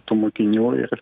tų mokinių ir